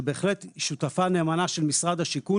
שהיא בהחלט שותפה נאמנה של משרד השיכון